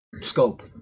scope